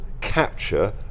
capture